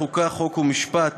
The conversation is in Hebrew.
ועדת החוקה, חוק ומשפט